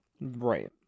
Right